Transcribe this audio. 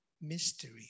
mystery